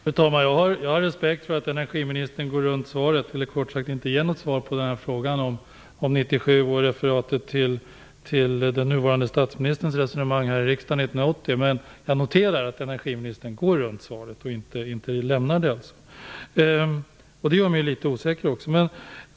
Fru talman! Jag har respekt för att energiministern går runt här, eller helt enkelt inte ger något svar på frågan om 1997 och om referatet till den nuvarande statsministerns resonemang här i riksdagen 1980. Jag noterar alltså att energiministern går runt frågan och inte lämnar något svar. Det gör mig litet osäker.